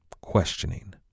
questioning